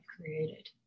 created